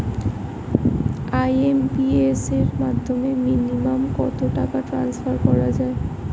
IMPS এর মাধ্যমে minimum কত টাকা ট্রান্সফার করা যায়?